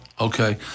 Okay